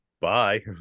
Bye